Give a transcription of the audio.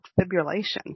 fibrillation